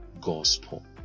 gospel